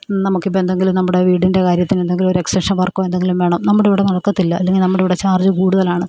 നമുക്കിപ്പോൾ എന്തെങ്കിലും നമ്മുടെ വീട്ടിൻ്റെ കാര്യത്തിന് എന്തെങ്കിലും ഒരു എക്സ്റ്റെൻഷൻ വർക്കോ എന്തെങ്കിലും വേണം നമ്മുടെ ഇവിടെ നടക്കത്തില്ല അല്ലെങ്കിൽ നമ്മുടെ ഇവിടെ ചാർജ്ജ് കൂടുതലാണ്